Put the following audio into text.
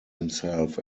himself